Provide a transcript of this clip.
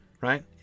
right